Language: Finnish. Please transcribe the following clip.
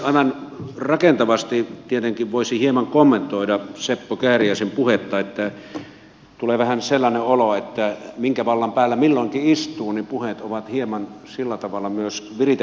aivan rakentavasti tietenkin voisi hieman kommentoida seppo kääriäisen puhetta että tulee vähän sellainen olo että minkä vallan päällä milloinkin istuu niin puheet ovat myös hieman sillä tavalla viritettyjä